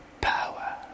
power